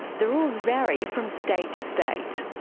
the rules vary from state to state.